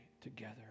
together